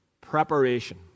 Preparation